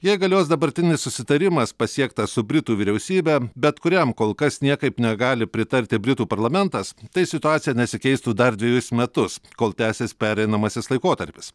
jei galios dabartinis susitarimas pasiektas su britų vyriausybe bet kuriam kol kas niekaip negali pritarti britų parlamentas tai situacija nesikeistų dar dvejus metus kol tęsis pereinamasis laikotarpis